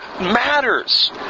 matters